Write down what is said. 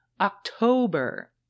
October